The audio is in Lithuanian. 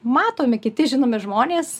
matomi kiti žinomi žmonės